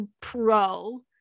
pro